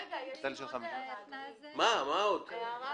ההערה